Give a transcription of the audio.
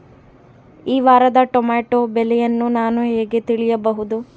ಈ ವಾರದ ಟೊಮೆಟೊ ಬೆಲೆಯನ್ನು ನಾನು ಹೇಗೆ ತಿಳಿಯಬಹುದು?